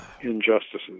injustices